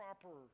proper